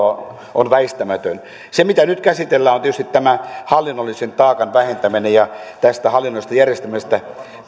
on väistämätön se mitä nyt käsitellään on tietysti tämä hallinnollisen taakan vähentäminen ja tästä hallinnollisesta järjestelmästä